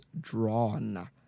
drawn